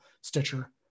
Stitcher